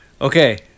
Okay